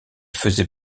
faisait